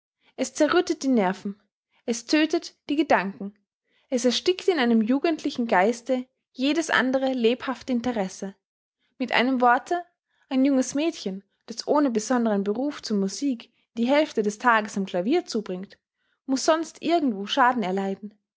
es zerrüttet die nerven es tödtet die gedanken es erstickt in einem jugendlichen geiste jedes andere lebhafte interesse mit einem worte ein junges mädchen das ohne besonderen beruf zur musik die hälfte des tages am klavier zubringt muß sonst irgendwo schaden erleiden